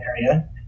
area